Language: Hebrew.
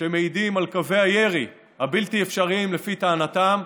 שמעידים על קווי הירי הבלתי-אפשריים לפי טענתם,